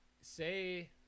say